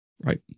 right